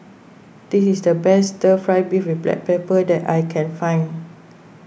this is the best Stir Fried Beef with Black Pepper that I can find